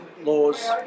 laws